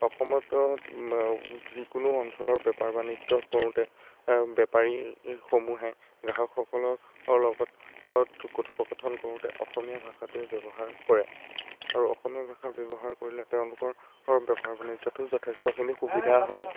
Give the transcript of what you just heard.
অসমতো যিকোনো অঞ্চলত বেপাৰ বাণিজ্য কৰোঁতে বেপাৰীসমূহে গ্ৰাহকসকলৰ লগত কথোপকথন কৰোঁতে অসমীয়া ভাষাটোৱেই ব্যৱহাৰ কৰে আৰু অসমীয়া ভাষা ব্যৱহাৰ কৰিলে তেওঁলোকৰ বেপাৰ বাণিজ্যতো যথেষ্টখিনি সুবিধা হয়